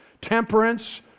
temperance